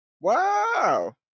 Wow